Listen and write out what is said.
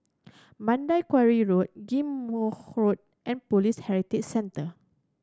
Mandai Quarry Road Ghim Moh Road and Police Heritage Centre